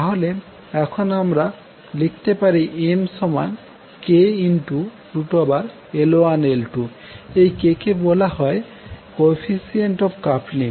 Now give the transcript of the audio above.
তাহলে এখন আমরা লিখতে পারি MkL1L2এই k কে বলা হয় কোইফিশিয়েন্ট অফ কাপলিং